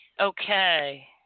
Okay